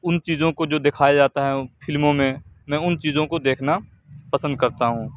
اُن چیزوں كو جو دكھایا جاتا ہے فلموں میں میں اُن چیزوں كو دیكھنا پسند كرتا ہوں